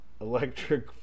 electric